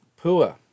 Pua